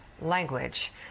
language